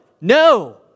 no